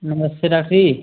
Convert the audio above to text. नमस्ते doctor जी